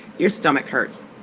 your stomach hurts.